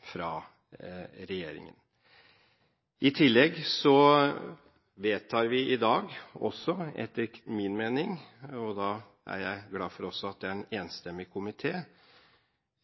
fra regjeringen. I tillegg vedtar vi i dag etter min mening– og også da er jeg glad for at det er en enstemmig komité –